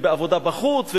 ועבודה בחוץ ובפנים,